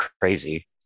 crazy